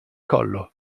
collo